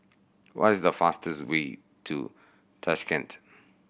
what is the fastest way to Tashkent